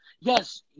Yes